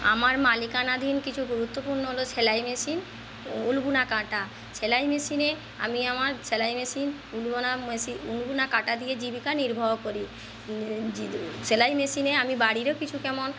আমার মালিকানাধীন কিছু গুরুত্বপূর্ণ হল সেলাই মেশিন উলবোনা কাঁটা সেলাই মেশিনে আমি আমার সেলাই মেশিন উলবোনা মেশিন উলবোনা কাঁটা দিয়ে জীবিকা নির্বাহ করি সেলাই মেশিনে আমি বাড়িরও কিছু কেমন